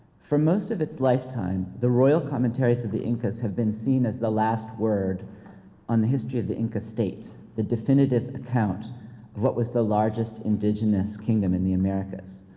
for most of its lifetime, the royal commentaries the incas have been seen as the last word on the history of the inca state the definitive account of what was the largest indigenous kingdom in the americas.